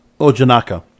ojanaka